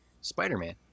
Spider-Man